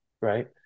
right